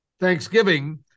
Thanksgiving